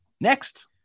next